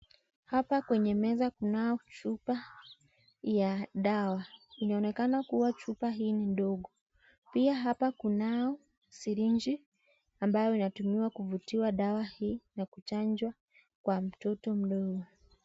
Hapa kwenye meza kunayo chupa ya dawa . Inaonekana kuwa chupa hii ni ndogo . Pia hapa kunayo sirinji ambayo inatumiwa kuvutiwa dawa hii na kuchanjwa kwa mtoto mdogo .